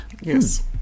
Yes